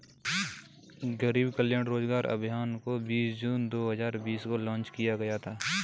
गरीब कल्याण रोजगार अभियान को बीस जून दो हजार बीस को लान्च किया गया था